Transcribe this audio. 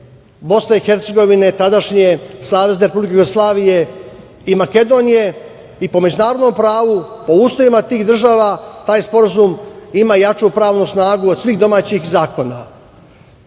BiH, tadašnje Savezne Republike Jugoslavije i Makedonije i po međunarodnom pravu, po ustavima tih država, taj Sporazum ima jaču pravnu snagu od svih domaćih zakona.Bečki